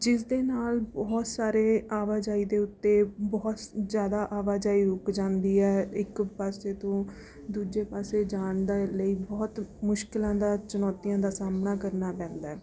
ਜਿਸ ਦੇ ਨਾਲ ਬਹੁਤ ਸਾਰੇ ਆਵਾਜਾਈ ਦੇ ਉੱਤੇ ਬਹੁਤ ਜ਼ਿਆਦਾ ਆਵਾਜਾਈ ਰੁਕ ਜਾਂਦੀ ਹੈ ਇੱਕ ਪਾਸੇ ਤੋਂ ਦੂਜੇ ਪਾਸੇ ਜਾਣ ਦੇ ਲਈ ਬਹੁਤ ਮੁਸ਼ਕਲਾਂ ਦਾ ਚੁਣੌਤੀਆਂ ਦਾ ਸਾਹਮਣਾ ਕਰਨਾ ਪੈਂਦਾ ਹੈ